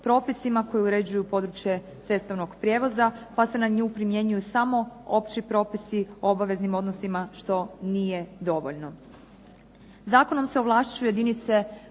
koji uređuju područje cestovnog prijevoza, pa se na nju primjenjuju samo opći propisi o obaveznim odnosima što nije dovoljno.